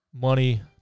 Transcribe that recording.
money